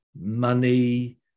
money